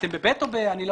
אתם ב-(ב) או ב-(א)?